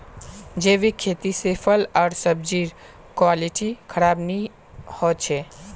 जैविक खेती से फल आर सब्जिर क्वालिटी खराब नहीं हो छे